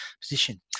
position